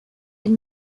and